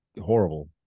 horrible